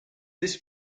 this